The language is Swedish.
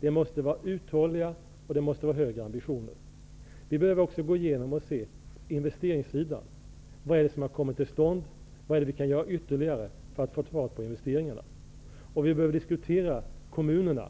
De måste vara uthålliga, och ambitionen måste vara högre. Vi behöver också gå igenom investeringssidan. Vad är det som har kommit till stånd, och vad är det som vi kan göra ytterligare för att få fart på investeringarna? Vi behöver även diskutera kommunerna.